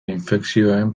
infekzioen